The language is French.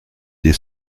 des